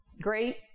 Great